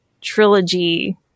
trilogy